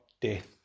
death